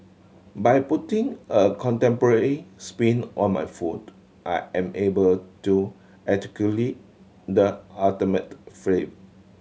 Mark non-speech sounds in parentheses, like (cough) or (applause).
by putting a contemporary spin on my food I am able to articulate the ultimate (unintelligible)